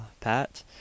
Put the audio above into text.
pat